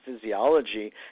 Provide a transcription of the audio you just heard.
physiology